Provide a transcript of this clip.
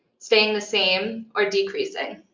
staying the same, or decreasing.